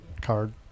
card